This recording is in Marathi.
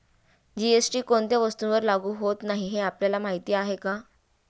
जी.एस.टी कोणत्या वस्तूंवर लागू होत नाही हे आपल्याला माहीत आहे का?